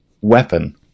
weapon